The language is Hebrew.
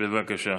בבקשה.